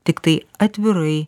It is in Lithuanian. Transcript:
tiktai atvirai